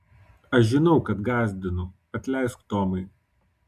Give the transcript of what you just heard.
aš žinau kad gąsdinu atleisk tomai